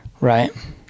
Right